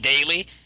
daily